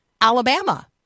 Alabama